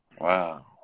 Wow